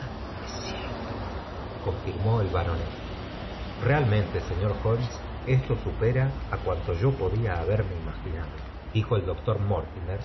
es cierto confirmó el baronet realmente señor holmes esto supera á cuanta podía haberme imaginado dijo el doctor